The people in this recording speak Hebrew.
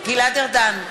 גלעד ארדן,